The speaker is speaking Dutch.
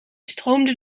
stroomde